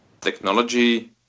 technology